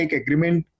agreement